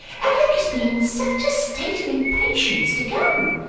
alick has been in such a state of impatience to come!